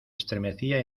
estremecía